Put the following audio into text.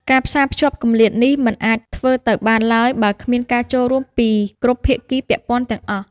ការផ្សារភ្ជាប់គម្លាតនេះមិនអាចធ្វើទៅបានឡើយបើគ្មានការចូលរួមពីគ្រប់ភាគីពាក់ព័ន្ធទាំងអស់។